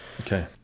Okay